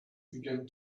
began